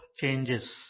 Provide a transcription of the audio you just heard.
changes